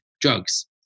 drugs